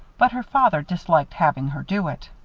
but her father disliked having her do it.